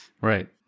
Right